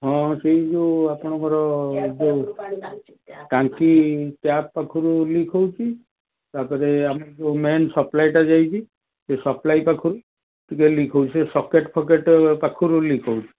ହଁ ସେଇ ଯୋଉ ଆପଣଙ୍କର ଟାଙ୍କି ଟ୍ୟାପ୍ ପାଖରୁ ଲିକ୍ ହେଉଛି ତା'ପରେ ଆମର ଯେଉଁ ମେନ୍ ସପ୍ଲାଇଟା ଯାଇଛି ସେ ସପ୍ଲାଇ ପାଖରୁ ଟିକେ ଲିକ୍ ହେଉଛି ସେ ସକେଟ୍ ଫକେଟ୍ ପାଖରୁ ଲିକ୍ ହେଉଛି